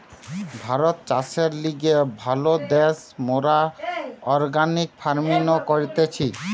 ভারত চাষের লিগে ভালো দ্যাশ, মোরা অর্গানিক ফার্মিনো করতেছি